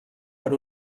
per